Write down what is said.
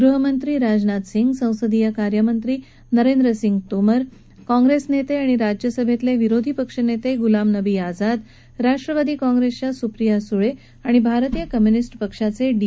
गृहमंत्री राजनाथ सिंग संसदीय कार्यमंत्री नरेंद्र सिंग तोमर कॉंप्रेस नेते आणि राज्यसभेतले विरोधीपक्षनेते गुलाम नबी आझाद राष्ट्रवादी काँग्रेसच्या सुप्रिया सुळे आणि भारतीय कम्युनिस्ट पक्षाचे डी